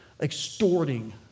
extorting